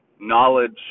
knowledge